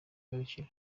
igarukira